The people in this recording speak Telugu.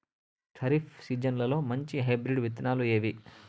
ఖరీఫ్ సీజన్లలో మంచి హైబ్రిడ్ విత్తనాలు ఏవి